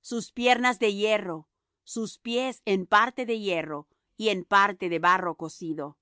sus piernas de hierro sus pies en parte de hierro y en parte de barro cocido